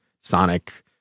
sonic